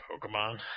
Pokemon